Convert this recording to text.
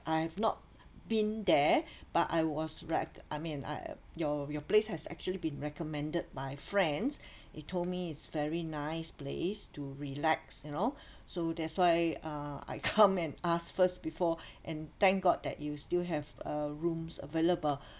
I have not been there but I was right I mean I your your place has actually been recommended by friends he told me it's very nice place to relax you know so that's why uh I come and ask first before and thank god that you still have a rooms available